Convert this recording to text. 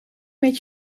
met